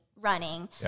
running